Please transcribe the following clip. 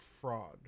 fraud